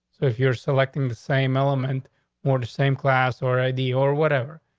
so if you're selecting the same element more the same class or i d or whatever.